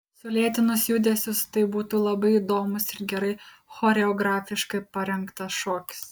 sulėtinus judesius tai būtų labai įdomus ir gerai choreografiškai parengtas šokis